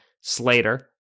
Slater